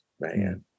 man